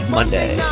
Monday